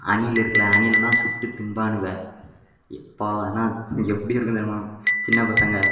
அணில் இருக்கில்ல அணிலெல்லாம் சுட்டு திம்பானுக எ பாவம் அதெல்லாம் எப்படி இருக்கும் தெரியுமா சின்ன பசங்கள்